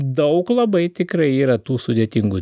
daug labai tikrai yra tų sudėtingų